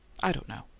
i don't know.